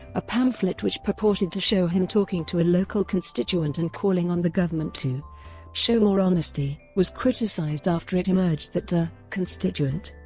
a pamphlet which purported to show him talking to a local constituent and calling on the government to show more honesty was criticised after it emerged that the constituent